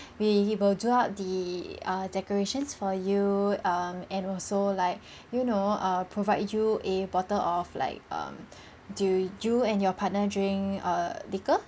we will do out the decorations for you um and also like you know err provide you a bottle of like um do you and your partner drink err tickle